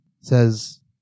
Says